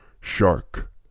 shark